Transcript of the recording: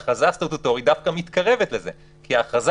ההכרזה הסטטוטורית דווקא מתקרבת לזה כי ההכרזה